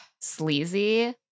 sleazy